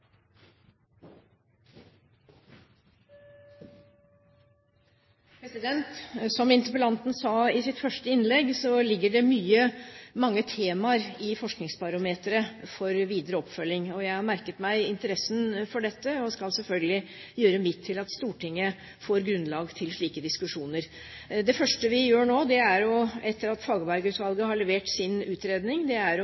2013. Som interpellanten sa i sitt første innlegg, ligger det mange temaer i Forskningsbarometeret for videre oppfølging. Jeg har merket meg interessen for dette, og skal selvfølgelig gjøre mitt til at Stortinget får grunnlag for slike diskusjoner. Det første vi gjør nå, er – etter at